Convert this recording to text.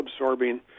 absorbing